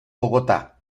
bogotá